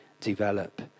develop